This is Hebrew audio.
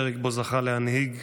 פרק שבו זכה להנהיג,